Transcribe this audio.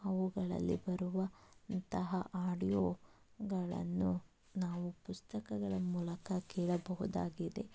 ಅವುಗಳಲ್ಲಿ ಬರುವ ಅಂತಹ ಆಡಿಯೋ ಗಳನ್ನು ನಾವು ಪುಸ್ತಕಗಳ ಮೂಲಕ ಕೇಳಬಹುದಾಗಿದೆ